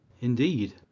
Indeed